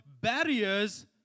barriers